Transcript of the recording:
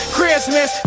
Christmas